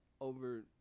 over